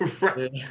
Right